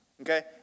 okay